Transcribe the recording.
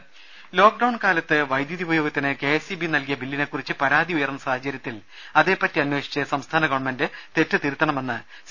രുമ ലോക്ഡൌൺ കാലത്ത് വൈദ്യുതി ഉപയോഗത്തിന് കെ എസ് ഇ ബി നൽകിയ ബില്ലിനെക്കുറിച്ച് പരാതി ഉയർന്ന സാഹചര്യത്തിൽ അതേപറ്റി അന്വേഷിച്ച് സംസ്ഥാനഗവൺമെന്റ് തെറ്റുകൾ തിരുത്തണമെന്ന് സി